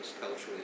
culturally